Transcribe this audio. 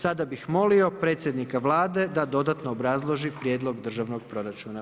Sada bih molio predsjednika Vlade da dodatno obrazloži prijedlog državnog proračuna.